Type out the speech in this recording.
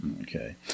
Okay